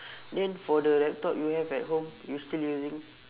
then for the laptop you have at home you still using